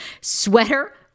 Sweater